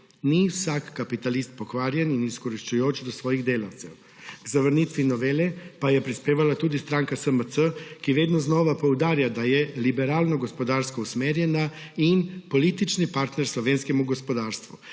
Ni vsak kapitalist pokvarjen in izkoriščajoč do svojih delavcev. K zavrnitvi novele pa je prispevala tudi stranka SMC, ki vedno znova poudarja, da je liberalno gospodarsko usmerjena in politični partner slovenskemu gospodarstvu.